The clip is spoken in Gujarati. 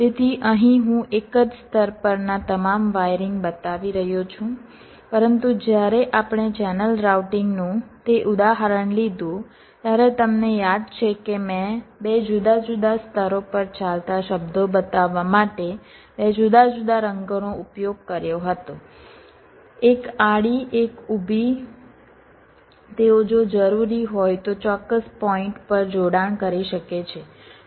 તેથી અહીં હું એક જ સ્તર પરના તમામ વાયરિંગ બતાવી રહ્યો છું પરંતુ જ્યારે આપણે ચેનલ રાઉટિંગનું તે ઉદાહરણ લીધું ત્યારે તમને યાદ છે કે મેં 2 જુદા જુદા સ્તરો પર ચાલતા શબ્દો બતાવવા માટે 2 જુદા જુદા રંગોનો ઉપયોગ કર્યો હતો એક આડી એક ઊભી તેઓ જો જરૂરી હોય તો ચોક્કસ પોઈન્ટ પર જોડાણ કરી શકે છે